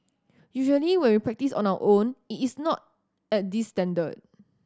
usually when we practise on our own it is not at this standard